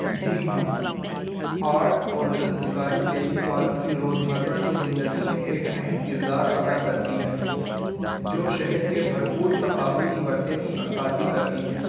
جی ہاں آرٹ اور دستکاری دلی والوں کی روزمرہ کی زندگی میں ایک اہم کردار ادا کرتی ہیں جو شہر کے بھرپور ثقافتی ورثے کی عکاسی کرتی ہیں